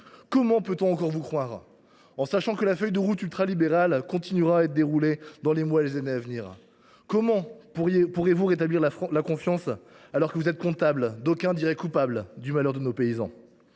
Comment peut on encore vous croire en sachant que la feuille de route ultralibérale continuera d’être déroulée dans les mois et les années à venir ? Comment pourrez vous rétablir la confiance, alors que vous êtes comptable – d’aucuns diraient coupable – du malheur de nos paysans ?